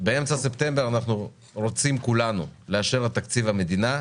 באמצע ספטמבר אנחנו רוצים כולנו לאשר את תקציב המדינה,